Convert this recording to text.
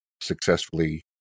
successfully